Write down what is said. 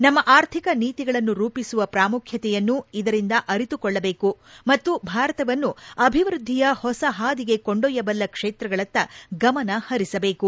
ನಮ್ನ ಆರ್ಥಿಕ ನೀತಿಗಳನ್ನು ರೂಪಿಸುವ ಪ್ರಾಮುಖ್ಯತೆಯನ್ನು ಇದರಿಂದ ಅರಿತುಕೊಳ್ಳಬೇಕು ಮತ್ತು ಭಾರತವನ್ನು ಅಭಿವೃದ್ದಿಯ ಹೊಸ ಹಾದಿಗೆ ಕೊಂಡೊಯ್ತಬಲ್ಲ ಕ್ಷೇತ್ರಗಳತ್ತ ಗಮನ ಹರಿಸಬೇಕು